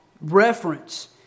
reference